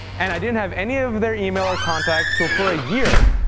and i didn't have any of their email or contacts. so for a year,